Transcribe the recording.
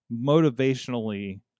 motivationally